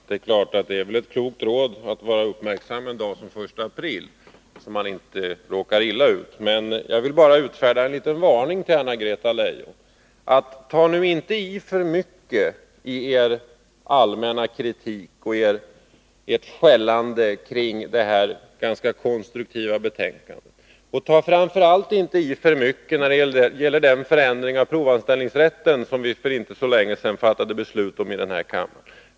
Herr talman! Det är nog ett klokt råd att man skall vara uppmärksam en dag som den 1 april, så att man inte råkar illa ut. Men jag vill utfärda en liten varning till Anna-Greta Leijon: Tag inte i för mycket i er allmänna kritik av och ert skällande om detta ganska konstruktiva betänkande! Tag framför allt inte i för mycket när det gäller den förändring av provanställningsrätten som vi för inte så länge sedan fattade beslut om här i kammaren!